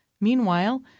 Meanwhile